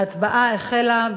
ההצבעה החלה.